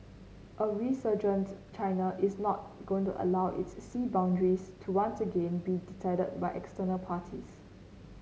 a resurgent China is not going to allow its sea boundaries to once again be decided by external parties